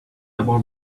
about